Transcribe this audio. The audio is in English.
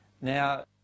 Now